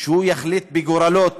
יחליט בגורלות